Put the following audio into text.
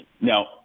Now